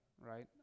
right